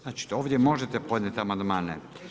Znači ovdje možete podnijeti amandmane.